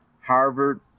Harvard